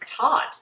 taught